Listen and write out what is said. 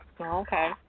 Okay